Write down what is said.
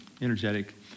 energetic